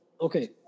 Okay